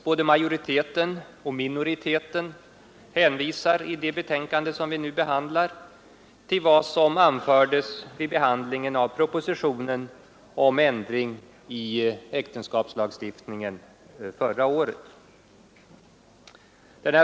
Både majoriteten och minoriteten hänvisar i det betänkande som vi nu behandlar till vad som anfördes vid behandlingen av propositionen om ändring i äktenskapslagstiftningen förra året.